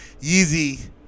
Yeezy